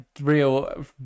real